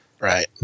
Right